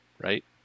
Right